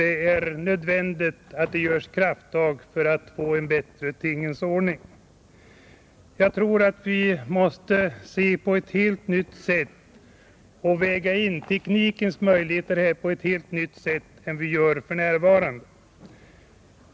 Det är nödvändigt att göra kraftinsatser för att få en bättre tingens ordning. Jag tror att vi måste se på detta på ett helt nytt sätt och väga in teknikens möjligheter med större tyngd än vi gör för närvarande.